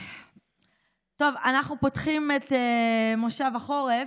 טוב, אנחנו פותחים את מושב החורף,